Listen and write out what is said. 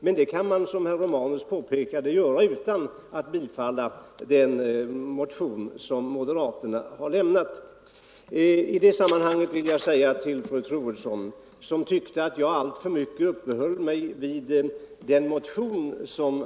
Men det kan man, som herr Romanus påpekade, göra utan att bifalla den motion som moderaterna har väckt. | I det sammanhanget vill jag säga några ord till fru Troedsson, som tyckte att jag alltför mycket uppehöll mig vid den moderata motionen.